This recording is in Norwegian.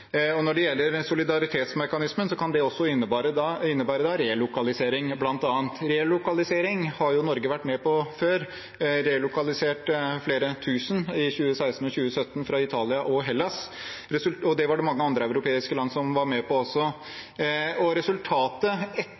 og når det gjelder solidaritetsmekanismen, kan det også innebære bl.a. relokalisering. Relokalisering har Norge vært med på før. Vi relokaliserte flere tusen fra Italia og Hellas i 2016 og 2017, og det var det mange andre europeiske land som var med på også. Resultatet